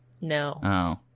No